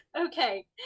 Okay